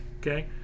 okay